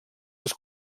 les